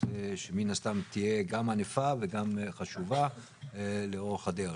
שמן הסתם תהיה גם ענפה וגם חשובה לאורך הדרך.